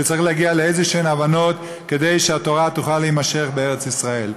שצריך להגיע לאיזשהן הבנות כדי שהתורה תוכל להימשך בארץ ישראל.